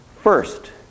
First